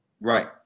Right